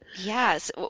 Yes